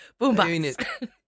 Boombox